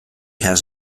has